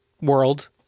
world